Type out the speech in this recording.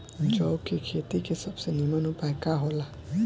जौ के खेती के सबसे नीमन उपाय का हो ला?